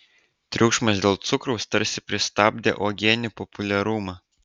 triukšmas dėl cukraus tarsi pristabdė uogienių populiarumą